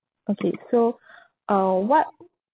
okay so uh what